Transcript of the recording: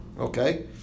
Okay